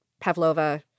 Pavlova